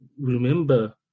remember